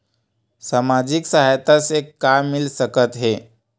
सामाजिक सहायता से का मिल सकत हे?